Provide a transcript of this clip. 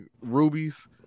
rubies